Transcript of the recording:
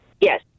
yes